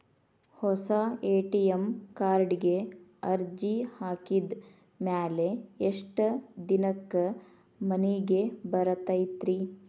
ಹೊಸಾ ಎ.ಟಿ.ಎಂ ಕಾರ್ಡಿಗೆ ಅರ್ಜಿ ಹಾಕಿದ್ ಮ್ಯಾಲೆ ಎಷ್ಟ ದಿನಕ್ಕ್ ಮನಿಗೆ ಬರತೈತ್ರಿ?